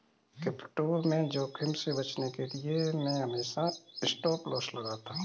crypto में जोखिम से बचने के लिए मैं हमेशा स्टॉपलॉस लगाता हूं